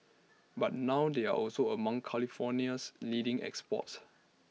but now they are also among California's leading exports